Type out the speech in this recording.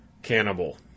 Cannibal